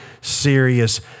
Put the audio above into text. serious